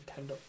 Nintendo